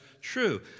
true